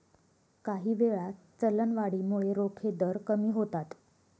काहीवेळा, चलनवाढीमुळे रोखे दर कमी होतात